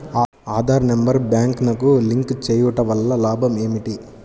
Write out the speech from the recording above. Aadhaar number బ్యాంక్నకు link చేయుటవల్ల లాభం ఏమిటి?